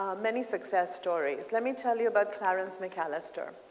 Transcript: many success stories. let me tell you about clarence mcallister.